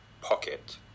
pocket